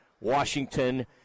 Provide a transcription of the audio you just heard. Washington